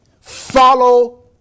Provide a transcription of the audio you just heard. follow